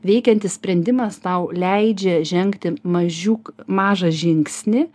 veikiantis sprendimas tau leidžia žengti mažiuk mažą žingsnį